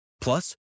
Plus